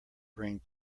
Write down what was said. bring